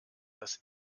dass